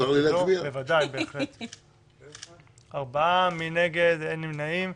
הצבעה בעד, 4 נגד, אין נמנעים,